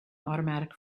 automatic